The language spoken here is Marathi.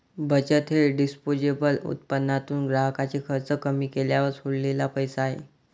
बचत हे डिस्पोजेबल उत्पन्नातून ग्राहकाचे खर्च कमी केल्यावर सोडलेला पैसा आहे